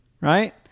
Right